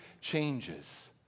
changes